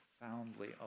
profoundly